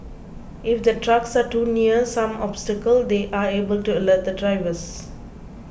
if the trucks are too near some obstacles they are able to alert the drivers